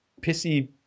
pissy